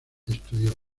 estudió